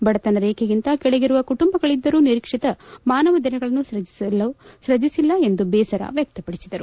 ಬಡತನ ರೇಖೆಗಿಂತ ಕೆಳಗಿರುವ ಕುಟುಂಬಗಳಿದ್ದರೂ ನಿರೀಕ್ಷಿತ ಮಾನವ ದಿನಗಳನ್ನು ಸೃಜಿಸಿಲ್ಲ ಎಂದು ಬೇಸರ ವ್ಯಕ್ತಪಡಿಸಿದರು